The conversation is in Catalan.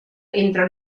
entre